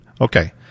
Okay